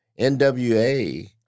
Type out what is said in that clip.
NWA